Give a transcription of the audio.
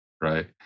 right